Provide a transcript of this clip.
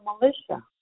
militia